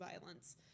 violence